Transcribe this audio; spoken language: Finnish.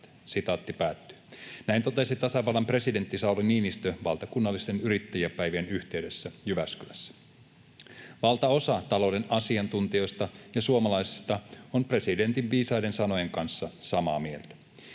mittaamattomat.” Näin totesi tasavallan presidentti Sauli Niinistö Valtakunnallisten yrittäjäpäivien yhteydessä Jyväskylässä. Valtaosa talouden asiantuntijoista ja suomalaisista on presidentin viisaiden sanojen kanssa samaa mieltä.